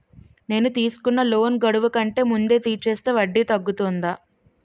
నేను తీసుకున్న లోన్ గడువు కంటే ముందే తీర్చేస్తే వడ్డీ తగ్గుతుందా?